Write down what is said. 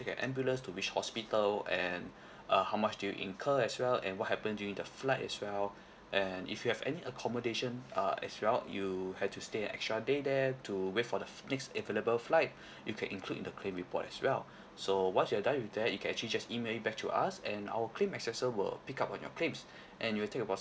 an ambulance to which hospital and uh how much do you incur as well and what happened during the flight as well and if you have any accommodation uh as well you had to stay an extra day there to wait for the next available flight you can include in the claim report as well so once you are done with that you can actually just email it back to us and our claim assessor will pick up on your claims and it will take about